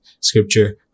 scripture